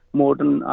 modern